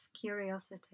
curiosity